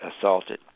assaulted